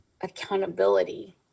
accountability